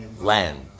land